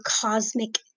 cosmic